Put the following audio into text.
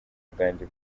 bwanjye